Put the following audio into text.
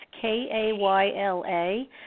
K-A-Y-L-A